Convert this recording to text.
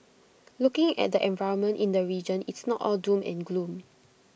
looking at the environment in the region it's not all doom and gloom